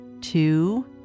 two